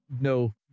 no